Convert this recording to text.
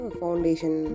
foundation